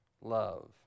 love